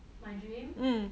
my dream